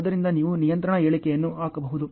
ಆದ್ದರಿಂದ ನೀವು ನಿಯಂತ್ರಣ ಹೇಳಿಕೆಯನ್ನು ಹಾಕಬಹುದು